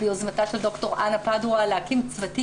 ביוזמתה של ד"ר אנה פדואה להקים צוותים